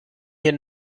hier